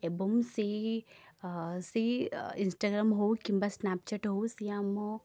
ଏବଂ ସେଇ ସେଇ ଇନ୍ସଟାଗ୍ରାମ୍ ହେଉ କିମ୍ବା ସ୍ନାପଚାଟ୍ ହେଉ ସିଏ ଆମ